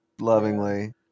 Lovingly